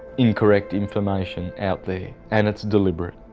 incorrect information out there. and it's deliberate.